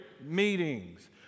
meetings